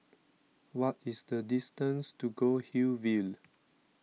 what is the distance to Goldhill View